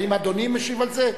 האם אדוני משיב על זה?